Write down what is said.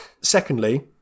Secondly